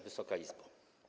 Wysoka Izbo!